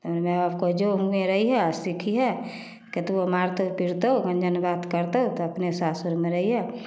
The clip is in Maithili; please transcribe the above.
हमर माइ बाप कहै जो हुएँ रहिहे आओर सीखिहे कतबो मारतौ पिटतौ गञ्जन बात करतौ तऽ अपने सासुरमे रहिहे